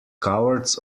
cowards